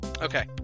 Okay